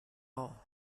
all